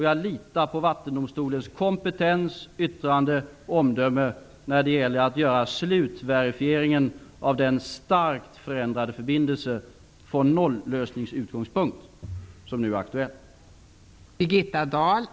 Jag litar på Vattendomstolens kompetens, yttrande och omdöme när det gäller att göra slutverifieringen av den från nollösningsutgångspunkt starkt förändrade förbindelse som nu är aktuell.